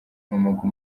inkomoko